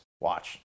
Watch